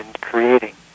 creating